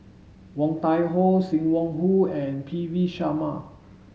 Woon Tai Ho Sim Wong Hoo and P V Sharma